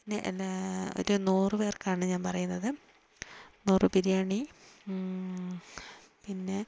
പിന്നെ എന്താ ഒരു നൂറു പേർക്കാണ് ഞാൻ പറയുന്നത് നൂറ് ബിരിയാണി പിന്നെ